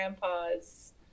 grandpa's